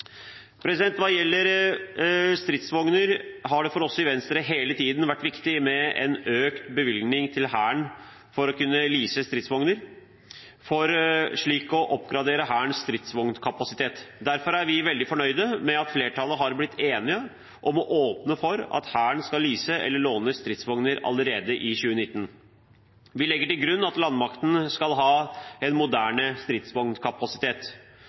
Hva gjelder stridsvogner, har det for oss i Venstre hele tiden vært viktig med en økt bevilgning til Hæren for å kunne lease stridsvogner, for slik å oppgradere Hærens stridsvognkapasitet. Derfor er vi veldig fornøyd med at flertallet har blitt enige om å åpne for at Hæren skal lease eller låne stridsvogner allerede i 2019. Vi legger til grunn at landmakten skal ha en moderne stridsvognkapasitet,